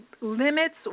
limits